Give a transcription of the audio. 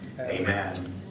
Amen